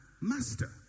master